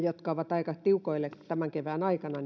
jotka ovat aika tiukoille tämän kevään aikana